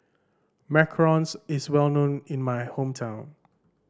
macarons is well known in my hometown